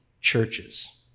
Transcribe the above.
churches